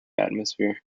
atmosphere